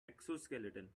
exoskeleton